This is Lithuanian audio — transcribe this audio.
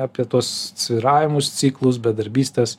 apie tuos svyravimus ciklus bedarbystės